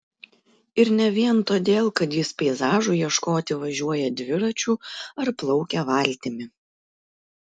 ir ne vien todėl kad jis peizažų ieškoti važiuoja dviračiu ar plaukia valtimi